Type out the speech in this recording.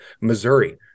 Missouri